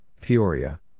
Peoria